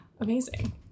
Amazing